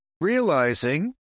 Realizing